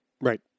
right